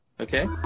okay